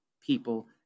people